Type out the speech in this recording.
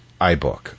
iBook